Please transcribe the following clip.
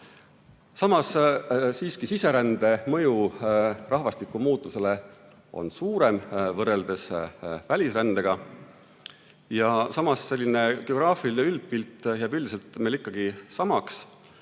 Samas, siiski siserände mõju rahvastikumuutusele on suurem võrreldes välisrändega. Samas, geograafiline üldpilt jääb meil ikkagi samaks.